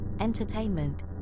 entertainment